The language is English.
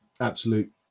absolute